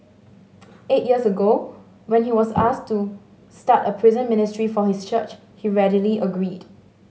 eight years ago when he was asked to start a prison ministry for his church he readily agreed